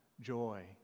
joy